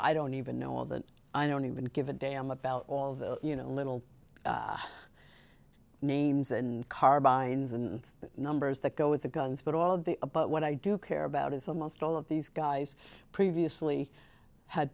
i don't even know all that i don't even give a damn about all the little names and carbines and numbers that go with the guns but all of the but what i do care about is almost all of these guys previously had